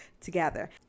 together